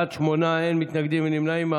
בעד, שמונה, אין מתנגדים, אין נמנעים.